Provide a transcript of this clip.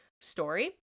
story